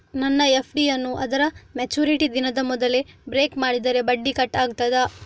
ನನ್ನ ಎಫ್.ಡಿ ಯನ್ನೂ ಅದರ ಮೆಚುರಿಟಿ ದಿನದ ಮೊದಲೇ ಬ್ರೇಕ್ ಮಾಡಿದರೆ ಬಡ್ಡಿ ಕಟ್ ಆಗ್ತದಾ?